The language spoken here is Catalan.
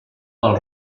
pel